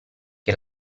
che